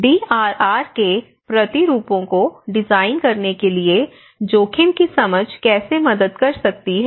DRR के प्रतिरूपों को डिजाइन करने के लिए जोखिम की समझ कैसे मदद कर सकती है